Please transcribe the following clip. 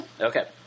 Okay